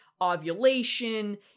ovulation